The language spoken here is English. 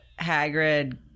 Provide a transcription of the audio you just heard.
Hagrid